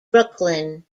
brooklyn